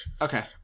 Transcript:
Okay